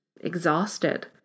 exhausted